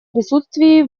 присутствии